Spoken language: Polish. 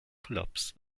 klapsa